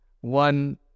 one